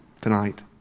tonight